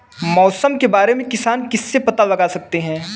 मौसम के बारे में किसान किससे पता लगा सकते हैं?